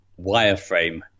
Wireframe